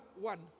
one